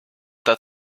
that